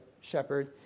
shepherd